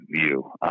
view